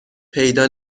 پیدا